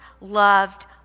loved